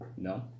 No